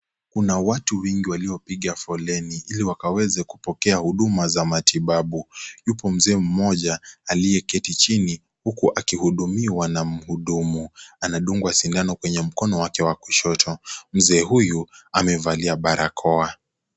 Kuna watu wengi waliopiga foleni, ili wakaweze kupokea huduma za matibabu. Yupo mzee mmoja aliyeketi chini huku akimhudumia na mhudumu. Anadungwa sindano kwenye mkono wake wa kushoto. Mzee huyu amevalia barakoa.